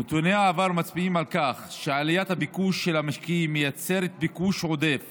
נתוני העבר מצביעים על כך שעליית הביקוש של המשקיעים מייצרת ביקוש עודף